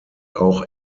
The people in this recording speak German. auch